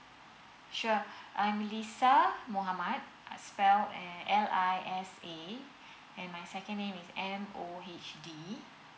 sure I'm lisa mohd uh spell L I S A and my second name is M O H D